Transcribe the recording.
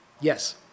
Yes